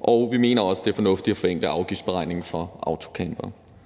og vi mener også, det er fornuftigt at forenkle afgiftsberegningen for autocampere.